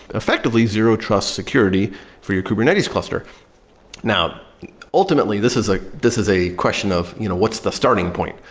effectively zero-trust security for your kubernetes cluster now ultimately, this is ah this is a question of you know what's the starting point?